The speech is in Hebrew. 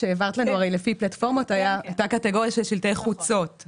כשהעברת לנו לפי פלטפורמות הייתה קטגוריה של שלטי חוצות.